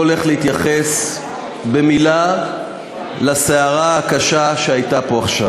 ואני לא הולך להתייחס במילה לסערה הקשה שהייתה פה עכשיו.